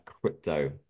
crypto